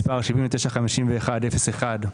מספר 79-51-01,